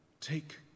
Take